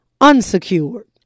unsecured